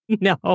No